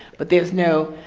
but there's no,